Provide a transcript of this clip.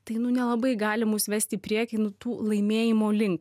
tai nu nelabai gali mus vesti į priekį nu tų laimėjimų link